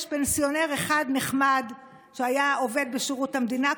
יש פנסיונר אחד נחמד שהיה עובד בשירות המדינה,